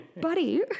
buddy